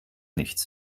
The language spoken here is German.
nichts